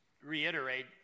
reiterate